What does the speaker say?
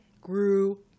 grew